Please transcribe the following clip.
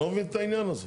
אני לא מבין את העניין הזה,